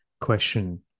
question